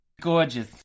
Gorgeous